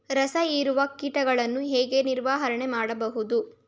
ರಸ ಹೀರುವ ಕೀಟಗಳನ್ನು ಹೇಗೆ ನಿರ್ವಹಣೆ ಮಾಡಬಹುದು?